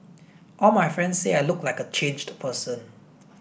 all my friends say I look like a changed person